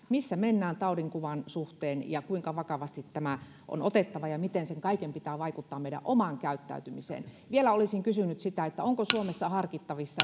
missä mennään taudinkuvan suhteen ja kuinka vakavasti tämä on otettava ja miten sen kaiken pitää vaikuttaa meidän omaan käyttäytymiseemme vielä olisin kysynyt sitä onko suomessa harkittavissa